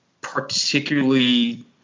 particularly